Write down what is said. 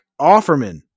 Offerman